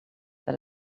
that